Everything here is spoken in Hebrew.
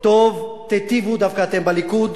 תיטיבו דווקא אתם בליכוד,